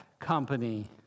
company